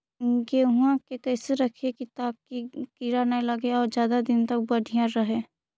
गेहुआ के कैसे रखिये ताकी कीड़ा न लगै और ज्यादा दिन तक बढ़िया रहै?